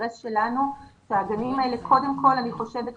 האינטרס שלנו הוא שהגנים האלה יהיו רשומים.